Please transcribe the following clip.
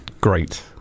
Great